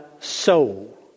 soul